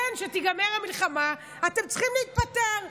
כשתיגמר המלחמה אתם צריכים להתפטר,